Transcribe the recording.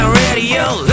radio